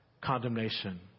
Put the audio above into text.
Condemnation